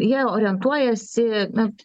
jie orientuojasi na